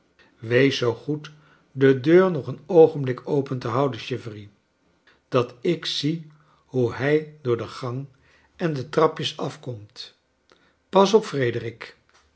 wees zoo goed de deur nog een oogenbkk open te houden chivery dat ik zie hoe hij door de gang en de trapjes af komt pas op fredecharles